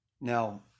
Now